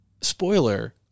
spoiler